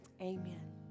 Amen